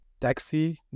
taxi